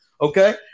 okay